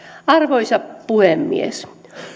arvoisa puhemies